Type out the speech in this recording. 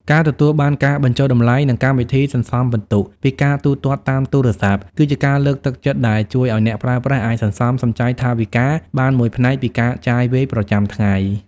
ការទទួលបានការបញ្ចុះតម្លៃ និងកម្មវិធីសន្សំពិន្ទុពីការទូទាត់តាមទូរស័ព្ទ គឺជាការលើកទឹកចិត្តដែលជួយឱ្យអ្នកប្រើប្រាស់អាចសន្សំសំចៃថវិកាបានមួយផ្នែកពីការចាយវាយប្រចាំថ្ងៃ។